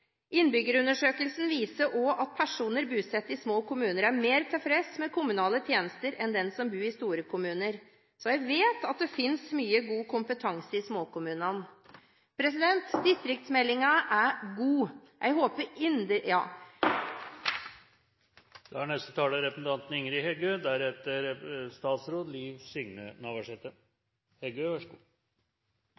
Innbyggerundersøkelsen viser også at personer bosatt i små kommuner, er mer tilfreds med kommunale tjenester enn de som bor i store kommuner. Jeg vet at det finnes mye god kompetanse i småkommunene. Distriktsmeldingen er god.